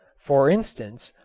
for instance,